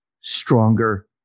stronger